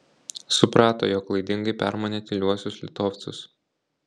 suprato jog klaidingai permanė tyliuosius litovcus